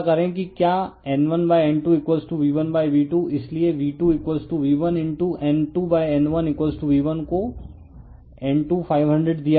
refer slide time 1530 पता करें कि क्या N1N2V1V2 इसलिए V2V1N2N1V1 को N2500 दिया गया है और N2N1 110 है